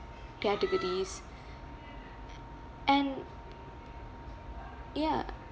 categories and ya